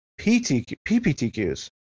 PPTQs